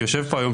שיושב פה היום,